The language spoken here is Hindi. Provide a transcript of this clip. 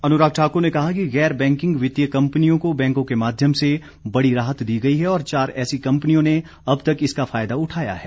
अनुराग ठाकर ने कहा कि गैर बैंकिंग वित्तीय कंपनियों को बैंकों के माध्यम से बड़ी राहत दी गई है और चार ऐसी कंपनियों ने अब तक इसका फायदा उठाया है